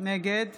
נגד